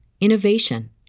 innovation